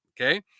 Okay